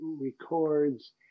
records